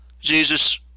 Jesus